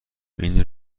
این